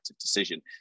decision